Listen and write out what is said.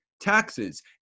taxes